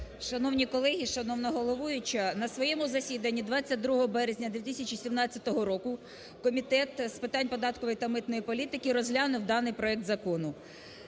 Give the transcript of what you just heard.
Шановні колеги, шановна головуюча! На своєму засіданні 22 березня 2017 року Комітет з питань податкової та митної політики розглянув даний проект Закону.